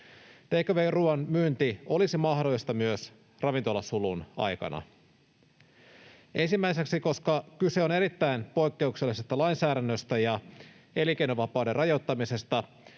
-ruuan myynti olisi mahdollista myös ravintolasulun aikana. Ensimmäiseksi, koska kyse on erittäin poikkeuksellisesta lainsäädännöstä ja elinkeinovapauden rajoittamisesta,